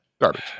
garbage